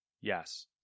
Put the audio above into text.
Yes